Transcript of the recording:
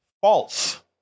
false